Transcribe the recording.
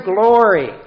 glory